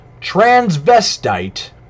transvestite